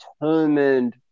determined